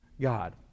God